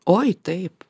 oi taip